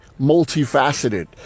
multifaceted